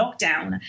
lockdown